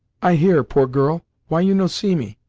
i here, poor girl why you no see me?